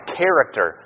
character